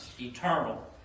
eternal